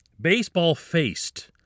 Baseball-faced